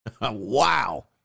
Wow